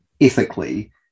ethically